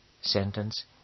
Sentence